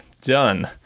done